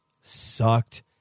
sucked